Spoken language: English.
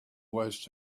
waste